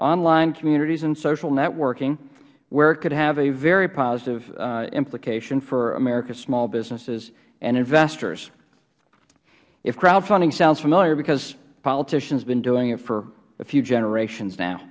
online communities and social networking where it could have a very positive implication for america's small businesses and investors if crowdfunding sounds familiar because politicians have been doing it for a few generations